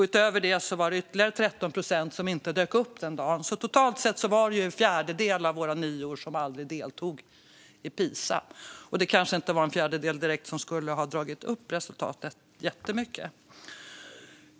Utöver det var det ytterligare 13 procent som inte dök upp den dagen. Totalt sett var det alltså en fjärdedel av våra nior som aldrig deltog i Pisa, och det kanske inte direkt var den fjärdedel som skulle ha dragit upp resultatet jättemycket.